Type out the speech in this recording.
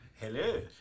Hello